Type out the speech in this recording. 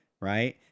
Right